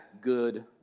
good